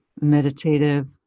meditative